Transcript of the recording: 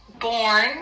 born